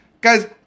Guys